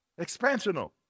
expansional